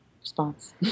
response